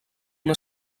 una